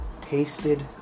tasted